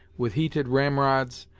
with heated ramrods,